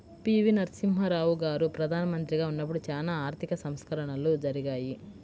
పి.వి.నరసింహారావు గారు ప్రదానమంత్రిగా ఉన్నపుడు చానా ఆర్థిక సంస్కరణలు జరిగాయి